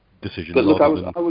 decision